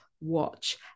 watch